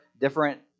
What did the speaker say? different